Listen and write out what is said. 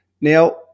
now